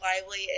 Lively